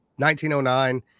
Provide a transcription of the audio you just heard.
1909